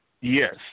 Yes